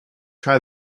try